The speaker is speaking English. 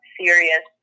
serious